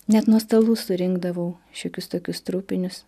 net nuo stalų surinkdavau šiokius tokius trupinius